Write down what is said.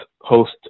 host